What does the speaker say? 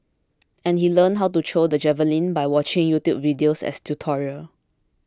and he learnt to throw the javelin by watching YouTube videos as tutorial